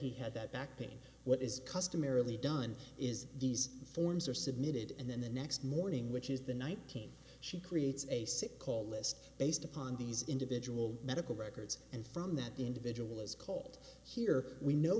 he had that back pain what is customarily done is these forms are submitted and then the next morning which is the nineteenth she creates a sick call list based upon these individual medical records and from that individual is called here we know